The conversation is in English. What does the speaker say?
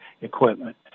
equipment